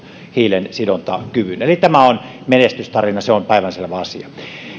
hiilensidontakyvyn eli tämä on menestystarina se on päivänselvä asia